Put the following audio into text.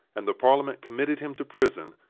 and the parliament committed him to prison,